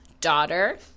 daughter